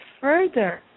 further